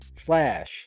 slash